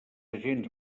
agents